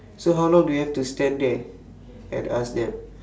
so how long do you have to stand there and ask them